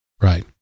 Right